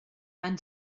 van